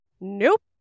Nope